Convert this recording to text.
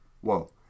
Whoa